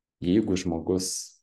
jeigu žmogus